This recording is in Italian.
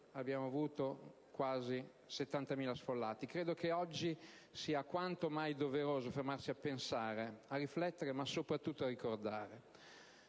abbiamo avuto quasi 70.000 sfollati, credo sia quanto mai doveroso fermarsi a riflettere, ma soprattutto a ricordare.